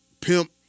pimp